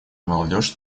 молодежь